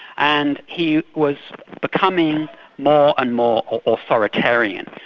and he was becoming more and more authoritarian,